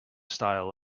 style